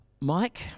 Mike